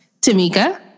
Tamika